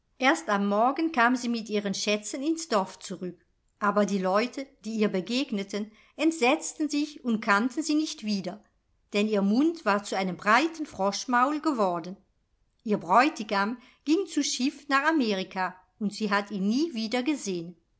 erst am morgen kam sie mit ihren schätzen ins dorf zurück aber die leute die ihr begegneten entsetzten sich und kannten sie nicht wieder denn ihr mund war zu einem breiten froschmaul geworden ihr bräutigam ging zu schiff nach amerika und sie hat ihn nie wieder